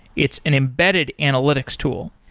it's an embedded analytics tool.